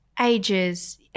ages